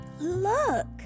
Look